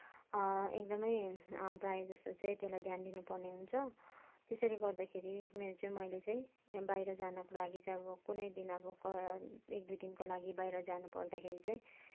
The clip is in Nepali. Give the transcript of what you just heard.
एकदमै प्रायः जसो चाहिँ त्यसलाई ध्यान दिनुपर्ने हुन्छ त्यसैले गर्दाखेरि मेरो चाहिँ मैले चाहिँ बाहिर जानको लागि चाहिँ अब कुनैदिन अब क एक दुई दिनको लागि बाहिर जानु पर्दाखेरि चाहिँ